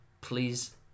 Please